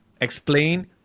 Explain